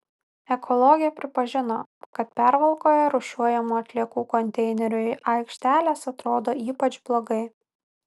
ekologė pripažino kad pervalkoje rūšiuojamų atliekų konteinerių aikštelės atrodo ypač blogai